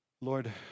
Lord